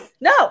No